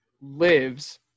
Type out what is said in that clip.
lives